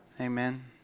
Amen